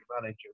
manager